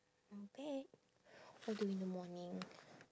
not bad all the way in the morning